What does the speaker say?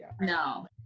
No